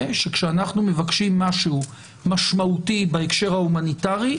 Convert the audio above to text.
שכשאנחנו מבקשים משהו משמעותי בהקשר ההומניטרי,